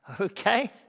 Okay